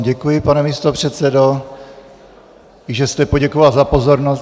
Děkuji, pane místopředsedo, že jste poděkoval za pozornost.